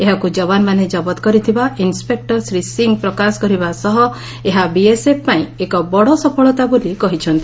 ଏହାକୁ ଜବାନମାନେ ଜବତ କରିଥିବା ଇନନ୍ଦେପେକୂର ଶ୍ରୀ ସିଂ ପ୍ରକାଶ କରିବା ସହ ଏହା ବିଏସଏଫ ପାଇଁ ଏକ ବଡ଼ ସଫଳତା ବୋଲି କହିଛନ୍ତି